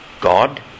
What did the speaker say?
God